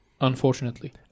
Unfortunately